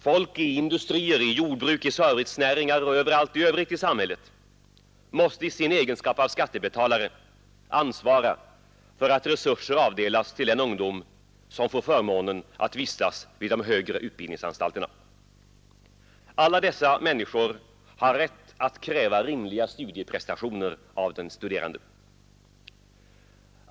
Folk i industrin, i jordbruk, i servicenäringar och överallt i övrigt i samhället måste i sin egenskap av skattebetalare ansvara för att resurser avdelas till den ungdom som får förmånen att vistas vid de högre utbiildningsanstalterna. Alla dessa människor har rätt att kräva rimliga studieprestationer av den studerande.